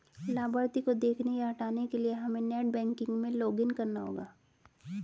लाभार्थी को देखने या हटाने के लिए हमे नेट बैंकिंग में लॉगिन करना होगा